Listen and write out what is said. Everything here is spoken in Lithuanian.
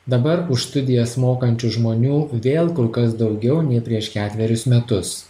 dabar už studijas mokančių žmonių vėl kur kas daugiau nei prieš ketverius metus